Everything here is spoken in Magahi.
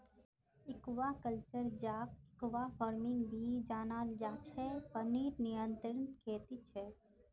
एक्वाकल्चर, जहाक एक्वाफार्मिंग भी जनाल जा छे पनीर नियंत्रित खेती छे